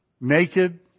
naked